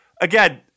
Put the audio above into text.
again